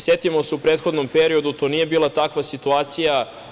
Setimo se, u prethodnom periodu nije bila takva situacija.